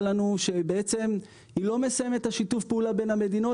לנו שבעצם היא לא מסיימת את שיתוף הפעולה בין המדינות